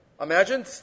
imagine